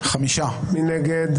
מי נגד?